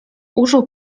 użył